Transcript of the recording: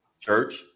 church